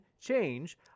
change